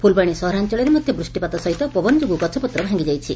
ଫୁଲବାଣୀ ସହରାଅଳରେ ମଧ ବୃଷ୍କିପାତ ସହିତ ପବନ ଯୋଗୁଁ ଗଛପତ୍ର ଭାଙ୍ଗିଯାଇଛି